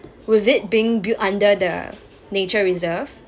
with it being built under the nature reserve